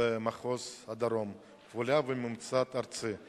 במחוז הדרום כפולה מהממוצע הארצי,